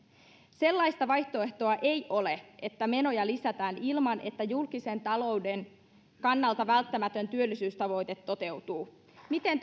sellaista vaihtoehtoa ei ole että menoja lisätään ilman että julkisen talouden kannalta välttämätön työllisyystavoite toteutuu miten